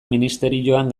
ministerioan